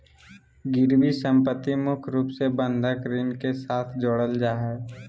गिरबी सम्पत्ति मुख्य रूप से बंधक ऋण के साथ जोडल जा हय